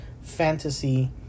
fantasy